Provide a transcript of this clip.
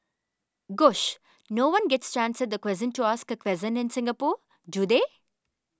gosh no one gets to answer the question to ask a in Singapore do they